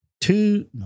two